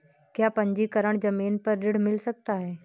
क्या पंजीकरण ज़मीन पर ऋण मिल सकता है?